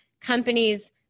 companies